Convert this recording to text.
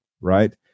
right